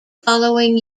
following